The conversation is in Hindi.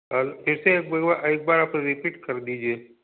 सर फिर से एक बार एक बार आप रिपीट कर दीजिए